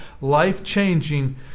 life-changing